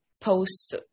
post